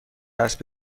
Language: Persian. حسب